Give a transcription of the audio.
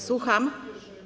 Słucham?